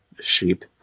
sheep